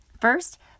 First